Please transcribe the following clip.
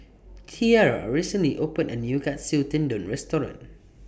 Tiara recently opened A New Katsu Tendon Restaurant